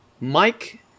Mike